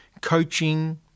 coaching